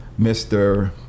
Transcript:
mr